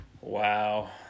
Wow